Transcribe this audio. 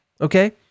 okay